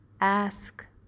ask